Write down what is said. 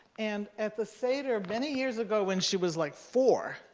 and at the seder many years ago when she was like four,